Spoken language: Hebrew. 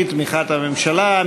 בתמיכת הממשלה,